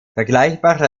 vergleichbare